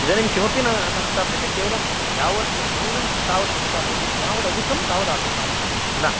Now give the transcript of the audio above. इदानीं किमपि न संस्थाप्यते केवलं यावत् न्यूनं तावत् संस्थाप्यते यावदधिकं आगच्छेत् खिल